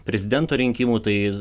prezidento rinkimų tai